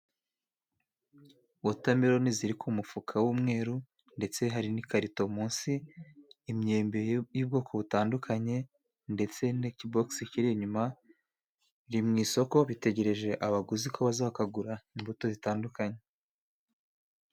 Wotameloni ziri ku mufuka w'umweru ndetse hari n'ikarito munsi. Imyembe y'ubwoko butandukanye ndetse n'ikibogisi kiri inyuma biri mu isoko bitegereje abaguzi ko baza bakagura imbuto zitandukanye.